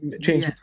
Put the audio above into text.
Change